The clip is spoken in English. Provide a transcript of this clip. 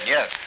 Yes